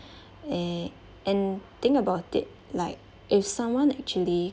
a~ and think about it like if someone actually